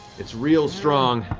it's real strong.